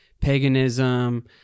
paganism